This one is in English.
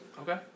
Okay